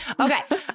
Okay